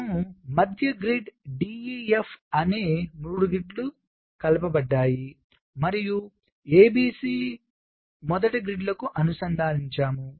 మనము మధ్య grid D EF అనే 3గ్రిడ్లు కలపబడ్డాయి మరియు A B C మొదటి గ్రిడ్ లకు అనుసంధానించాము